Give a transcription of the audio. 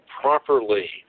properly